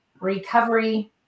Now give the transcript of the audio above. recovery